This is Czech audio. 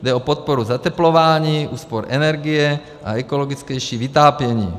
Jde o podporu zateplování, úspor energie a ekologičtější vytápění.